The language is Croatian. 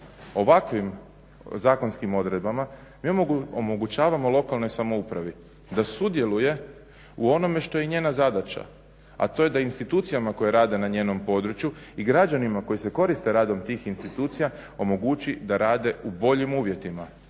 Ovakvim zakonskim odredbama mi omogućavamo lokalnoj samoupravi da sudjeluje u onome što je njena zadaća, a to je da institucijama koje rade na njenom području i građanima koji se koriste radom tih institucija omogući da rade u boljim uvjetima.